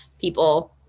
people